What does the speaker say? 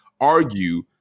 argue